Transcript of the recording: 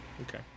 Okay